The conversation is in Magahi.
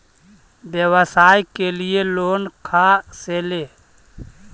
व्यवसाय के लिये लोन खा से ले?